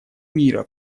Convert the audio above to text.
мира